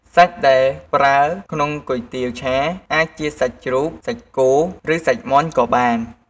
សាច់ដែលប្រើក្នុងគុយទាវឆា អាចជាសាច់ជ្រូក សាច់គោ ឬសាច់មាន់ក៏បាន។